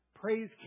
praise